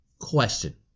question